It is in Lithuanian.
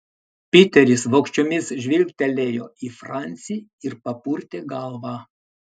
piteris vogčiomis žvilgtelėjo į francį ir papurtė galvą